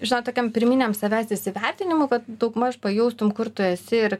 žinot tokiam pirminiam savęs įsivertinimui kad daugmaž pajustume kur tu esi ir